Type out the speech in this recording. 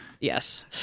Yes